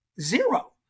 Zero